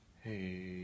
hey